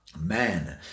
man